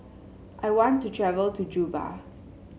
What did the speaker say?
I want to travel to Juba